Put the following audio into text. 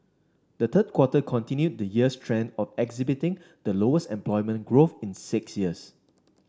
the third quarter continued the year's trend of exhibiting the lowest employment growth in six years